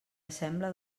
assembla